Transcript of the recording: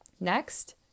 Next